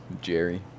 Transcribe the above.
Jerry